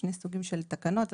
שני סוגים של תקנות.